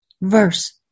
Verse